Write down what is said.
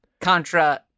Contra